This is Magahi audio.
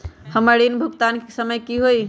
हमर ऋण भुगतान के समय कि होई?